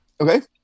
Okay